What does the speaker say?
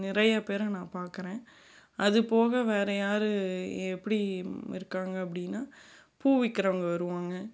நிறைய பேரை நான் பார்க்குறேன் அது போக வேறே யார் எப்படி இருக்காங்க அப்படின்னா பூ விற்குறவங்க வருவாங்க